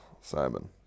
Simon